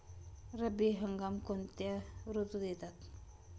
रब्बी हंगाम कोणत्या ऋतूत येतात?